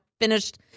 finished